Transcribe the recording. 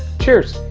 cheers!